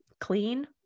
clean